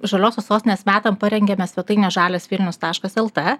žaliosios sostinės metam parengėme svetainę žalias vilnius taškas lt